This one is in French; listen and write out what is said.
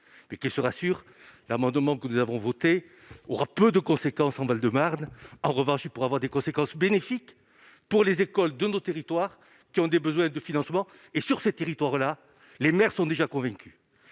Qu'il se rassure, l'amendement que nous avons adopté aura peu de conséquences dans le Val-de-Marne ; en revanche, il pourrait avoir des conséquences bénéfiques pour les écoles de nos territoires qui ont des besoins de financement. Or, dans ces territoires, les maires sont déjà convaincus.